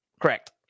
Correct